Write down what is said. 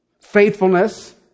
faithfulness